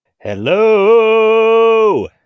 Hello